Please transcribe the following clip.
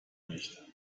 nicht